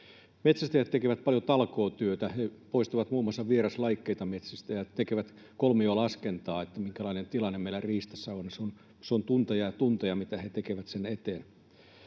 Metsästäjät tekevät paljon talkootyötä. He poistavat muun muassa vieraslajeja metsistä ja tekevät kolmiolaskentaa siitä, minkälainen tilanne meillä riistassa on, ja se on tunteja ja tunteja, mitä he tekevät sen eteen.